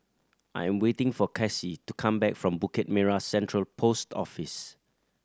I am waiting for Casie to come back from Bukit Merah Central Post Office